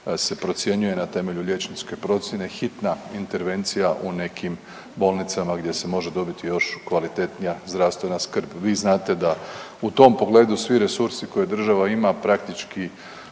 se procjenjuje na temelju liječničke procjene hitna intervencija u nekim bolnicama gdje se može dobiti još kvalitetnija zdravstvena skrb. Vi znate da u tom pogledu svi resursi koje država ima praktički